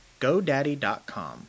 GoDaddy.com